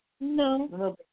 No